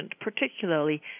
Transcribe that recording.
particularly